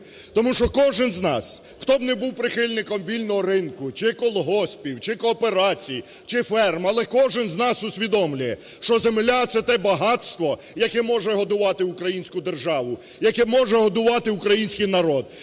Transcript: Тому що кожен з нас, хто б не був прихильником вільного ринку чи колгоспів, чи кооперації, чи ферм, але кожен з нас усвідомлює, що земля – це те багатство, яке може годувати українську державу, яке може годувати український народ.